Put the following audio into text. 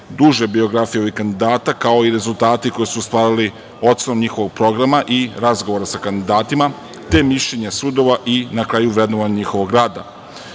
duže biografije ovih kandidata, kao i rezultati koje su ostvarili, ocenom njihovih programa i razgovora sa kandidatima, te mišljenja sudova i na kraju vrednovanje njihovog rada.